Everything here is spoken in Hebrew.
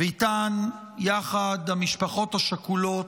ויחד איתם המשפחות השכולות,